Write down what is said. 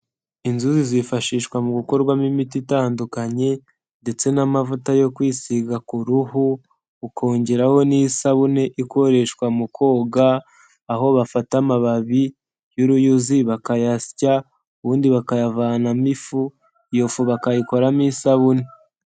Inzuzi zifashishwa mu gukorwamo imiti itandukanye ndetse n'amavuta yo kwisiga ku ruhu ukongeraho n'isabune ikoreshwa mu koga aho bafata amababi y'uruyuzi bakayasya ubundi bakayavanamo ifu, iyo fu bakayikoramo isabune.